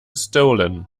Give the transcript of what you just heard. stolen